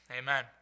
Amen